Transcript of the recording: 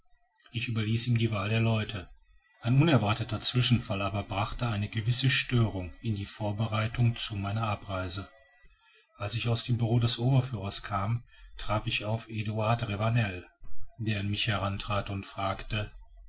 ich überließ ihm die wahl der leute ein unerwarteter zwischenfall aber brachte eine gewisse störung in die vorbereitungen zu meiner abreise als ich aus dem bureau des oberführers kam traf ich auf eduard ravanel der an mich herantrat und fragte